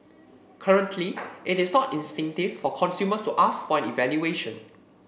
currently it is not instinctive for consumers to ask for an evaluation